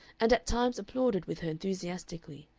and at times applauded with her enthusiastically,